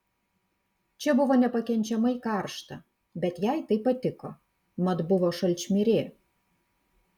čia buvo nepakenčiamai karšta bet jai tai patiko mat buvo šalčmirė